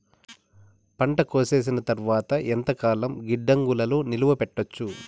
పంట కోసేసిన తర్వాత ఎంతకాలం గిడ్డంగులలో నిలువ పెట్టొచ్చు?